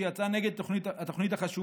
שיצאה נגד התוכנית החשובה,